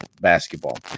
basketball